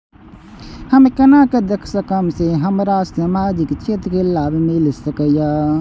हम केना देख सकब के हमरा सामाजिक क्षेत्र के लाभ मिल सकैये?